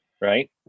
right